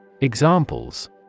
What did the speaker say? Examples